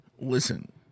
Listen